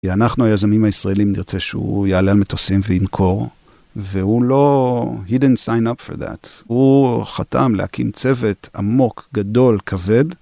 כי אנחנו, היזמים הישראלים, נרצה שהוא יעלה על מטוסים וימכור, והוא לא... He didn't sign up for that הוא חתם להקים צוות עמוק, גדול, כבד.